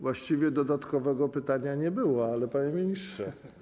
Właściwie dodatkowego pytania nie było, ale ma pan, panie ministrze.